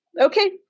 Okay